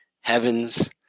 heaven's